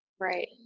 right